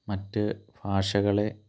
മറ്റ് ഭാഷകളെ